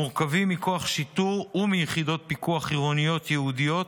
מורכבים מכוח שיטור ומיחידות פיקוח עירוניות ייעודיות,